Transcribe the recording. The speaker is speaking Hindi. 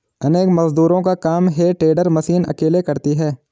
अनेक मजदूरों का काम हे टेडर मशीन अकेले करती है